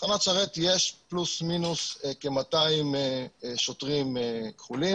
בתחנת שרת יש פלוס מינוס כ-200 שוטרים כחולים